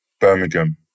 Birmingham